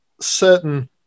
certain